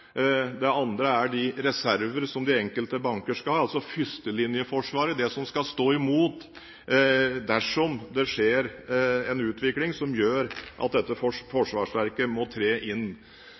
det andre er de reserver som de enkelte banker skal ha – førstelinjeforsvaret, det som skal stå imot dersom det skjer en utvikling som gjør at dette forsvarsverket må tre inn.